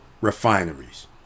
refineries